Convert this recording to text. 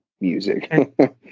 music